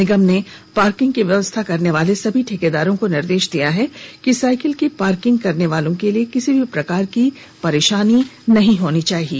निगम ने पार्किंग की व्यवस्था करने वाले सभी ठेकेदारों को निर्देश दिया है कि साइकिल की पार्किंग करने वालों लोगों के लिए किसी भी प्रकार की परेशानी नहीं होनी चाहिए